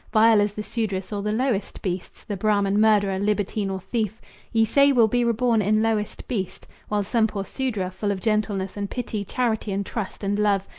vile as the sudras or the lowest beasts. the brahman murderer, libertine or thief ye say will be reborn in lowest beast, while some poor sudra, full of gentleness and pity, charity and trust and love,